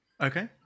Okay